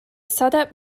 setup